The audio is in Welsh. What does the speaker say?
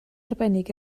arbennig